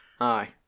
Aye